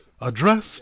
Address